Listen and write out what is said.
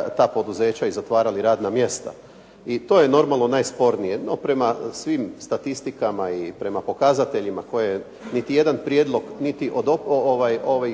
ta poduzeća i zatvarali radna mjesta. I to je normalno najspornije. No, prema svim statistikama i prema pokazateljima koje niti jedan prijedlog niti od